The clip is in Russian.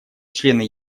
члены